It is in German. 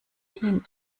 hin